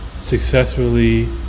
successfully